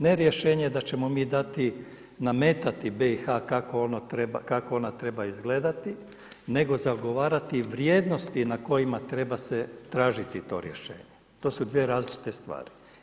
Ne rješenje da ćemo mi dati, nametati BiH-a kako na treba izgledati, nego zagovarati vrijednosti na kojima treba se tražiti to rješenje, to su dvije različite stvari.